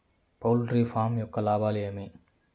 poultry farm యొక్క లాభాలు ఏమి